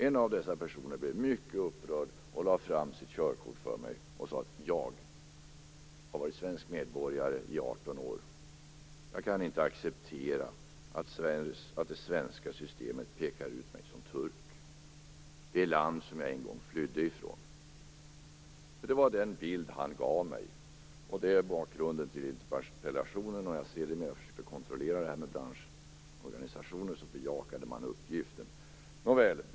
En av dessa personer var mycket upprörd och visade mig sitt körkort. Han sade: Jag har varit svensk medborgare i 18 år. Jag kan inte acceptera att det svenska systemet pekar ut mig som turk. Turkiet är det land som jag en gång flydde ifrån. Detta är bakgrunden till interpellationen. När jag kontrollerade med branschorganisationerna bekräftade man den uppgiften.